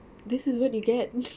this is what you get